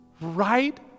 right